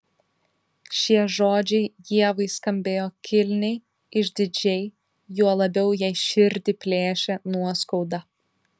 šie žodžiai ievai skambėjo kilniai išdidžiai juo labiau jai širdį plėšė nuoskauda